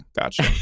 Gotcha